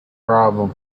problem